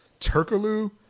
Turkaloo